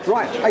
Right